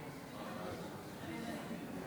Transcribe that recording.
אלון שוסטר